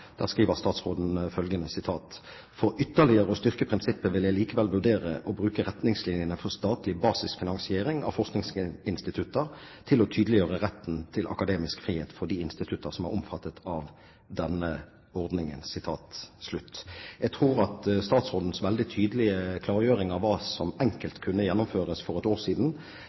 skriver statsråden at for ytterligere å styrke prinsippet vil man likevel vurdere å bruke retningslinjene for statlig basisfinansiering av forskningsinstitutter til å tydeliggjøre retten til akademisk frihet for de institutter som er omfattet av denne ordningen. Jeg tror at statsrådens veldig tydelige klargjøring av hva som enkelt kunne gjennomføres for et år siden,